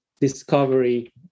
discovery